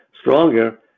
stronger